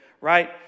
right